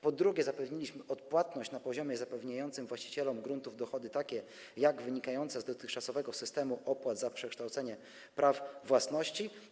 Po drugie, zapewniliśmy odpłatność na poziomie gwarantującym właścicielom gruntów takie dochody, jak te wynikające z dotychczasowego systemu opłat za przekształcenie prawa własności.